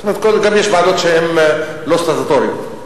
זאת אומרת, יש גם ועדות שהן לא סטטוטוריות.